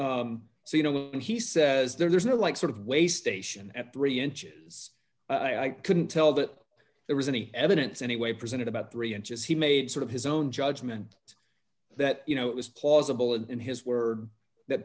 beer so you know when he says there's no like sort of weigh station at three inches i couldn't tell that there was any evidence anyway presented about three inches he made sort of his own judgment that you know it was plausible d in his words that